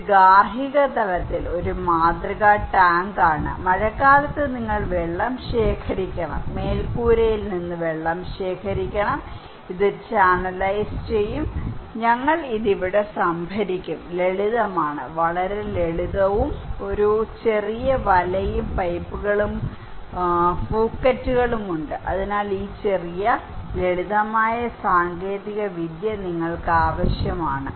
ഇത് ഗാർഹിക തലത്തിൽ ഒരു മാതൃകാ ടാങ്കാണ് മഴക്കാലത്ത് നിങ്ങൾ വെള്ളം ശേഖരിക്കണം മേൽക്കൂരയിൽ നിന്ന് വെള്ളം ശേഖരിക്കണം ഇത് ചാനലൈസ് ചെയ്യും ഞങ്ങൾ ഇത് ഇവിടെ സംഭരിക്കും ലളിതമാണ് വളരെ ലളിതവും ഒരു ചെറിയ വലയും പൈപ്പുകളും ഫൂക്കറ്റുകളും ഉണ്ട് അതിനാൽ ഈ ചെറിയ ലളിതമായ സാങ്കേതികവിദ്യ നിങ്ങൾക്ക് ആവശ്യമാണ്